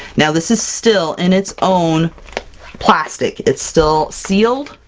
now this is still in its own plastic, it's still sealed,